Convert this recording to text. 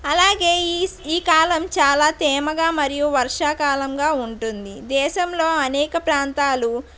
అలాగే ఈ ఈ కాలం చాలా తేమగా మరియు వర్షాకాలంగా ఉంటుంది దేశంలో అనేక ప్రాంతాలు